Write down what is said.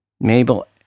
Mabel